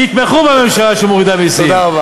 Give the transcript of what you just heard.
תתמכו בממשלה שמורידה מסים, תודה רבה.